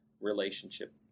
relationship